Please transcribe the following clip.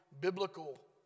biblical